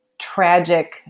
tragic